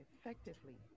effectively